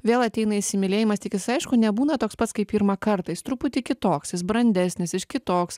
vėl ateina įsimylėjimas tik jis aišku nebūna toks pats kaip pirmą kartą jis truputį kitoks jis brandesnis jis kitoks